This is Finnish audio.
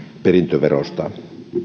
perintöverosta